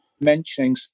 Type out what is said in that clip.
mentioning